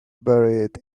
buried